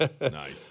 Nice